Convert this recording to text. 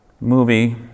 movie